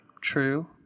True